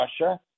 Russia